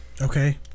Okay